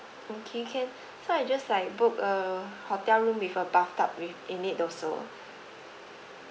okay can so I just like book err hotel room with a bath up with in it also